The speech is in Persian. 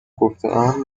گفتهام